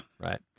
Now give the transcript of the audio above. Right